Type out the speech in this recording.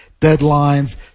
deadlines